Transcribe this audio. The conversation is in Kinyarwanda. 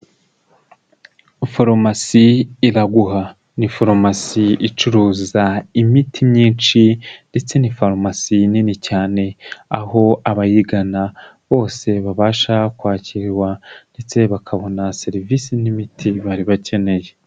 Farumasi Iraguha, ni farumasi icuruza imiti myinshi ndetse ni farumasi nini cyane, aho abayigana bose babasha kwakirwa ndetse bakabona serivisi n'imiti bari bakeneye.